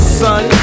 son